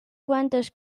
quantes